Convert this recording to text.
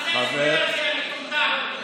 מה זה, מה זה ההסבר המטומטם הזה?